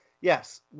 Yes